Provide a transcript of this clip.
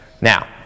Now